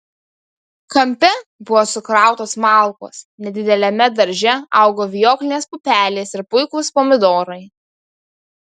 kampe buvo sukrautos malkos nedideliame darže augo vijoklinės pupelės ir puikūs pomidorai